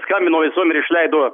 skambino visuomenei ir išleido